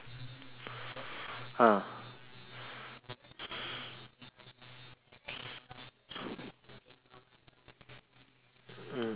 ah